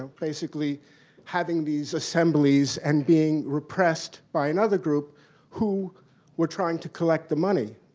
um basically having these assemblies and being repressed by another group who were trying to collect the money,